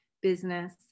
business